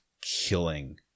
killing